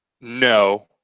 no